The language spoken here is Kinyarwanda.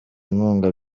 inkunga